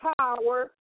power